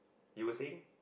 you were saying